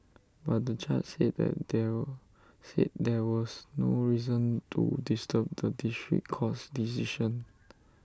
but the judge said that there said there was no reason to disturb the district court's decision